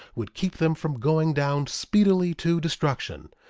would keep them from going down speedily to destruction.